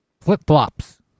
flip-flops